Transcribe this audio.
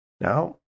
Now